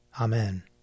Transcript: Amen